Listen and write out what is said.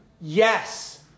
Yes